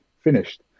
finished